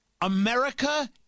America